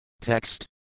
text